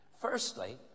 Firstly